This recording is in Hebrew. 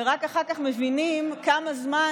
ורק אחר כך מבינים כמה זמן,